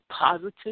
positive